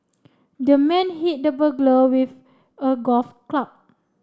the man hit the burglar with a golf club